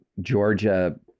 Georgia-